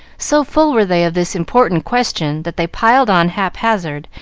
so full were they of this important question, that they piled on hap-hazard,